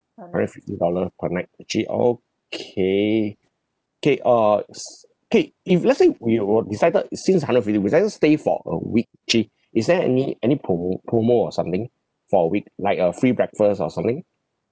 hundred fifty dollar per night actually uh okay K uh s~ K if let's say we all decided it seems hundred fifty we then stay for a week actually is there any any promo promo or something for a week like a free breakfast or something